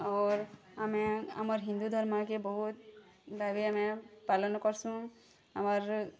ଔର୍ ଆମେ ଆମର୍ ହିନ୍ଦୁ ଧର୍ମକେ ବହୁତ୍ ଆମେ ପାଳନ କରସୁଁ ଆମର୍